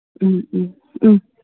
ꯎꯝ ꯎꯝ ꯎꯝ